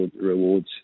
rewards